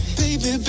baby